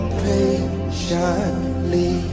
patiently